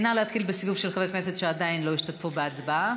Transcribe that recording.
נא להתחיל בסיבוב של חברי הכנסת שעדיין לא השתתפו בהצבעה.